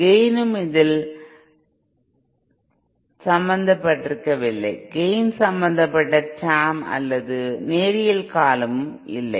கேய்னும் இதில் சம்மந்தபட்டிருக்கவில்லை கேய்ன் சம்மந்தப்பட்ட டேர்ம் அல்லது நேரியல் காலமும் இல்லை